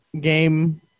game